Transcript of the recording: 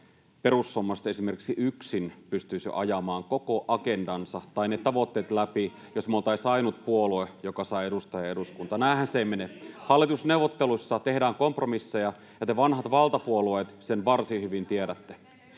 perussuomalaiset esimerkiksi yksin pystyisivät ajamaan läpi koko agendansa tai ne tavoitteet, jos me oltaisiin ainut puolue, joka saa edustajia eduskuntaan. Näinhän se ei mene. Hallitusneuvotteluissa tehdään kompromisseja, ja te, vanhat valtapuolueet, sen varsin hyvin tiedätte.